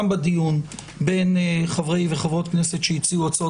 גם בדיון בין חברי וחברות כנסת שהציעו הצעות